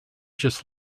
just